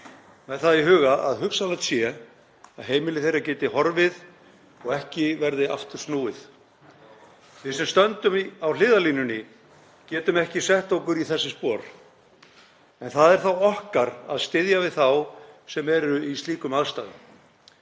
með það í huga að hugsanlegt sé að heimili þess geti horfið og ekki verði aftur snúið. Við sem stöndum á hliðarlínunni getum ekki sett okkur í þessi spor en það er þá okkar að styðja við þá sem eru í slíkum aðstæðum.